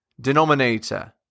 denominator